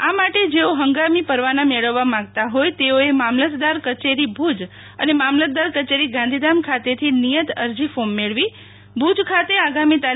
આ માટે જેઓ હંગામી પરવાના મેળવવા માંગતા હોય તેઓએ મામલતદાર કચેરી ભુજ અને મામલતદાર કચેરી ગાંધીધામ ખાતેથી નિયત અરજી ફોર્મ મેળવી ભુજ ખાતે આગામી તા